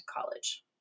college